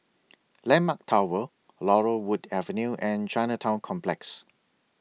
Landmark Tower Laurel Wood Avenue and Chinatown Complex